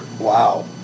wow